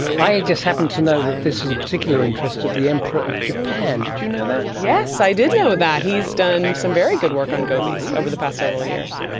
i just happen to know that this is a particular interest of the emperor of japan, did you know that? yes, i did know that. he's done some very good work on gobies over the past several years.